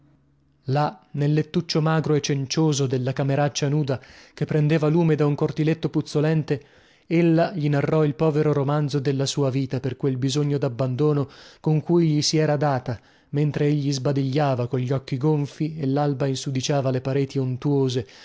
là nel lettuccio magro e cencioso della cameraccia nuda che prendeva lume da un cortiletto puzzolente ella gli narrò il povero romanzo della sua vita per quel bisogno dabbandono con cui gli si era data mentre egli sbadigliava cogli occhi gonfi e lalba insudiciava le pareti untuose